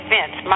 Vince